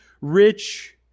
rich